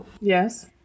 Yes